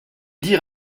dire